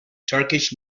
turkish